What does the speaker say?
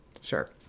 Sure